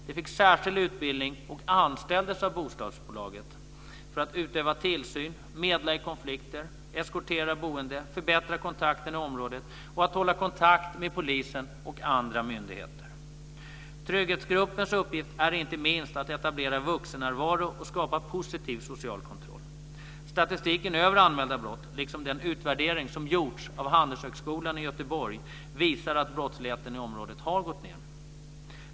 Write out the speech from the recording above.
De fick särskild utbildning och anställdes av bostadsbolaget för att utöva tillsyn, medla i konflikter, eskortera boende, förbättra kontakterna i området och hålla kontakt med polisen och andra myndigheter. Trygghetsgruppens uppgift är inte minst att etablera en vuxennärvaro och skapa positiv social kontroll. Statistiken över anmälda brott liksom den utvärdering som gjorts av Handelshögskolan i Göteborg visar att brottsligheten i området har gått ned.